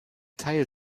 teil